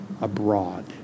abroad